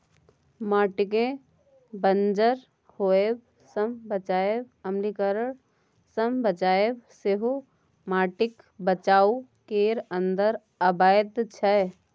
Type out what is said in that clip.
माटिकेँ बंजर होएब सँ बचाएब, अम्लीकरण सँ बचाएब सेहो माटिक बचाउ केर अंदर अबैत छै